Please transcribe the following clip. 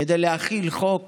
כדי להחיל חוק